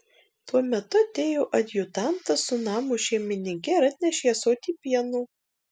tuo metu atėjo adjutantas su namo šeimininke ir atnešė ąsotį pieno